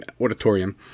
auditorium